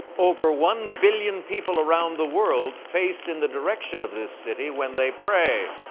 over one billion people around the world face in the direction of this city when they pray.